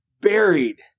buried